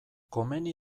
komeni